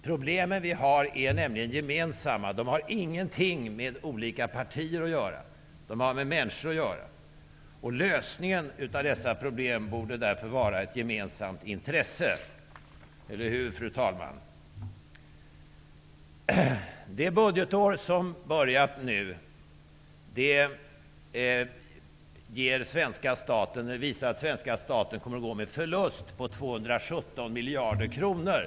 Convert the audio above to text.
Problemen vi har är nämligen gemensamma. De har ingenting med olika partier att göra. De har med människor att göra. Lösningen av dessa problem borde därför vara ett gemensamt intresse. Eller hur, fru talman? Det budgetår som nu har börjat kommer svenska staten att gå med en förlust på 217 miljarder kronor.